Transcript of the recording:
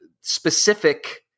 specific